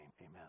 amen